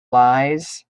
lies